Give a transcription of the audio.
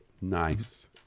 Nice